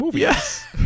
Yes